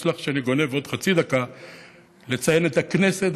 תסלח שאני גונב עוד חצי דקה לציין את הכנסת